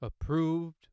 Approved